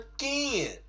again